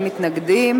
אין מתנגדים,